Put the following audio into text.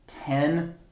ten